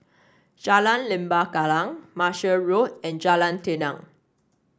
Jalan Lembah Kallang Martia Road and Jalan Tenang